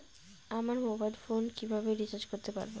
আমার mobile phone কিভাবে recharge করতে পারব?